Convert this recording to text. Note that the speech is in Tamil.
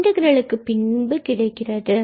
இன்டகிரலுக்கு பின்பு கிடைக்கிறது